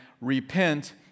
Repent